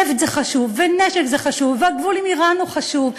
נפט זה חשוב ונשק זה חשוב והגבול עם איראן הוא חשוב,